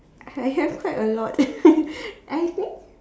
I have heard a lot I think